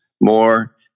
more